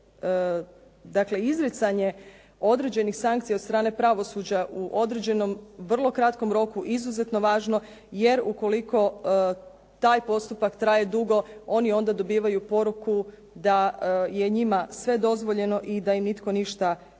je izricanje određenih sankcija od strane pravosuđa u određenom vrlo kratkom roku, izuzetno važno. Jer ukoliko taj postupak traje dugo, oni onda dobivaju poruku da je njima sve dozvoljeno i da im nitko ništa ne